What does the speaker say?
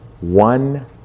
one